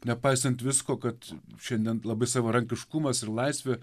nepaisant visko kad šiandien labai savarankiškumas ir laisvė